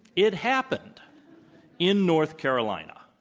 it happened in north carolina,